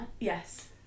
Yes